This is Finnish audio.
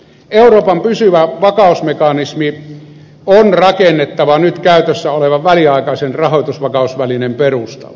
euroopan pysyvä vakausmekanismi on rakennettava nyt käytössä olevan väliaikaisen rahoitusvakausvälineen perustalle